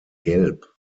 gelb